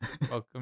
Welcome